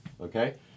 okay